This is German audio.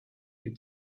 die